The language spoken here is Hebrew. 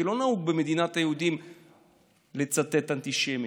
כי לא נהוג במדינת היהודים לצטט אנטישמים,